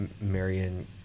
Marion